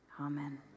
Amen